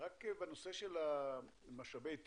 בנושא של משאבי הטבע,